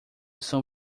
são